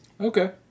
Okay